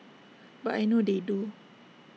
but I know they do